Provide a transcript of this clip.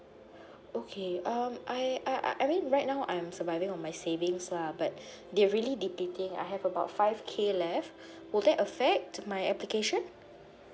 okay um I I I mean right now I'm surviving on my savings lah but they really debating I have about five K left would that affect my application